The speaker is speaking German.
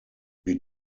wir